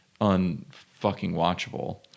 un-fucking-watchable